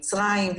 מצריים,